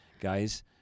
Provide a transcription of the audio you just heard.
guys